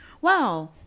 Wow